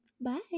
Bye